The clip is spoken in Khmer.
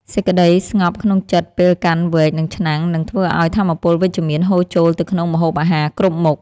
សេចក្តីស្ងប់ក្នុងចិត្តពេលកាន់វែកនិងឆ្នាំងនឹងធ្វើឱ្យថាមពលវិជ្ជមានហូរចូលទៅក្នុងម្ហូបអាហារគ្រប់មុខ។